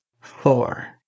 four